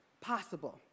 possible